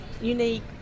unique